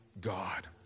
God